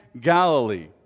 Galilee